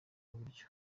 iburyo